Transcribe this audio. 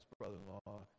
brother-in-law